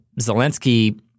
Zelensky